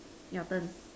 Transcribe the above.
your turn